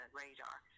radar